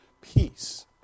peace